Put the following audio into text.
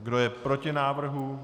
Kdo je proti návrhu?